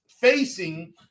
facing